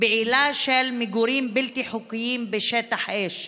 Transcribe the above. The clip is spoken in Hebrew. בעילה של מגורים בלתי חוקיים בשטח אש.